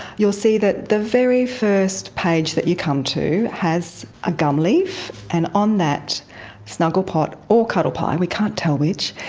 you'll see that the very first page that you come to has a gum leaf, and on that snugglepot or cuddlepie, we can't tell which,